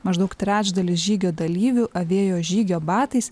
maždaug trečdalis žygio dalyvių avėjo žygio batais